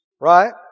Right